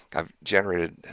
i've generated,